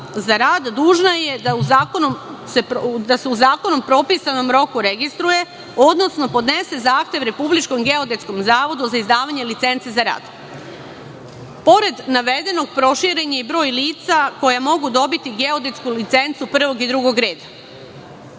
za rad, dužna je da se u zakonom propisanom roku registruje, odnosno podnese zahtev Republičkom geodetskom zavodu za izdavanje licence za rad. Pored navedenog, proširen je i broj lica koja mogu dobiti geodetsku licencu prvog i drugog reda.